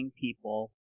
people